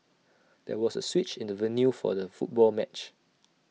there was A switch in the venue for the football match